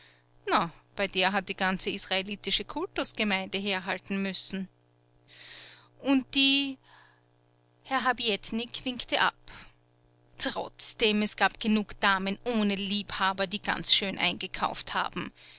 na bei der hat die ganze israelitische kultusgemeinde herhalten müssen und die herr habietnik winkte ab trotzdem es gab genug damen ohne liebhaber die ganz schön eingekauft haben